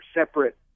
separate